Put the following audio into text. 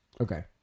Okay